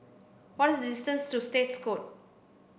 what is the distance to State Courts